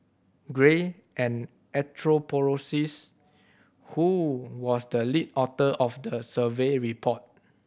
gray an anthropologist who was the lead author of the survey report